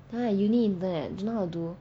ya uni intern leh don't know how to do